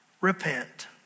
repent